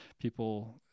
people